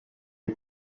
est